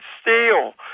steal